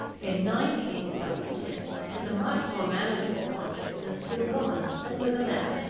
in nine cases out of ten, it is a much more manageable consciousness with a woman than with a man.